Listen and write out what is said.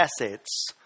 assets